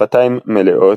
שפתיים מלאות,